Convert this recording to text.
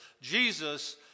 Jesus